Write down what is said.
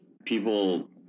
People